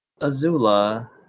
Azula